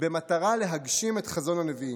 במטרה להגשים את חזון הנביאים.